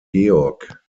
georg